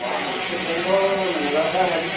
অঁ ষ্টে'ট বেংকৰ manager sir হয়নে